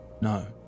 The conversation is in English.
No